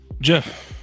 jeff